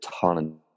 ton